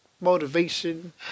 motivation